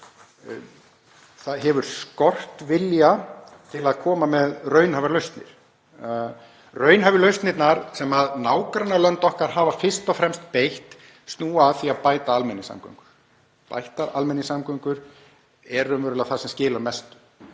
það hefur skort vilja til að koma með raunhæfar lausnir. Raunhæfu lausnirnar sem nágrannalönd okkar hafa fyrst og fremst beitt snúa að því að bæta almenningssamgöngur. Bættar almenningssamgöngur eru raunverulega það sem skilar mestu.